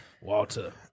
Walter